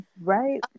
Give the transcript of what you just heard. right